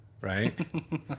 Right